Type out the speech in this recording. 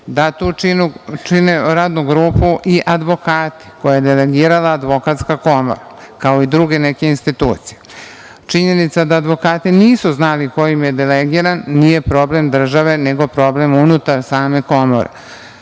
Da tu radnu grupu čine i advokati koje je delegirala Advokatska komora, kao i druge neke institucije. Činjenica da advokati nisu znali ko im je delegiran, nije problem države, nego same Komore.